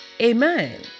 Amen